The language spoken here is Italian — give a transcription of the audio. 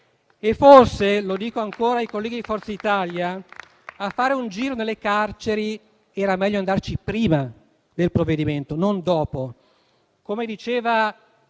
E forse - lo dico ai colleghi di Forza Italia - a fare un giro nelle carceri era meglio andarci prima del provvedimento e non dopo.